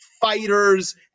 fighters